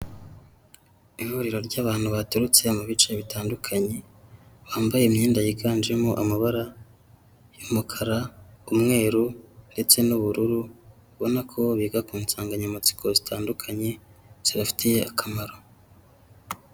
Ihuriro ry'abantu baturutse mu bice bitandukanye bambaye imyenda yiganjemo amabara y'umukara' n'umweru, ndetse n'ubururu, ubonako biga ku nsanganyamatsiko zitandukanye zibafitiye akamaro.